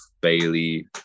bailey